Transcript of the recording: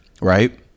right